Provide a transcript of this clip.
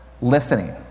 listening